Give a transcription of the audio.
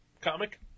comic